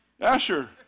Asher